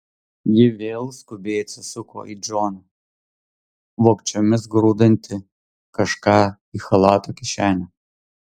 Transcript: ji vėl skubiai atsisuko į džoną vogčiomis grūdantį kažką į chalato kišenę